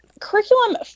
curriculum